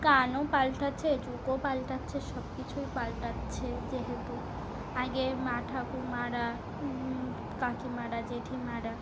গানও পাল্টাচ্ছে যুগও পাল্টাচ্ছে সব কিছুই পাল্টাচ্ছে যেহেতু আগে মা ঠাকুমারা কাকিমারা জেঠিমারা